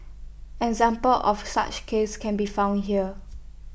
examples of such cases can be found here